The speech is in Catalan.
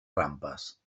rampes